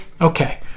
okay